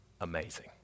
amazing